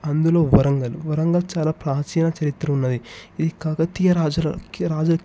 అందులో వరంగల్ వరంగల్ చాలా ప్రాచీన చరిత్ర ఉన్నది ఇది కాకతీయ రాజుల రాజుల